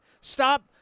Stop